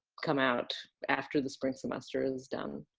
come out after the spring semester is done.